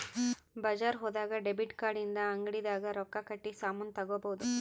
ಬಜಾರ್ ಹೋದಾಗ debit card ಇಂದ ಅಂಗಡಿ ದಾಗ ರೊಕ್ಕ ಕಟ್ಟಿ ಸಾಮನ್ ತಗೊಬೊದು